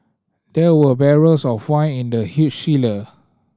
there were barrels of wine in the huge cellar